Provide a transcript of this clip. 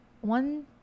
one